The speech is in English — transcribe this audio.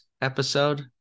episode